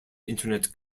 internet